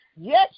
Yes